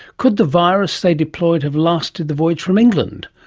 could the virus they deployed have lasted the voyage from england,